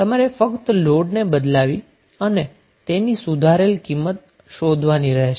તમારે ફક્ત લોડને બદલાવી અને તેની સુધારેલ કિંમત શોધવાની રહેશે